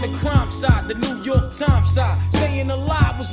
ah club so staffs are saying a lot